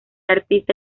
artista